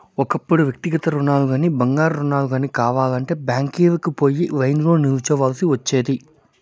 ఒకప్పుడు వ్యక్తిగత రుణాలుగానీ, బంగారు రుణాలు గానీ కావాలంటే బ్యాంకీలకి పోయి లైన్లో నిల్చోవల్సి ఒచ్చేది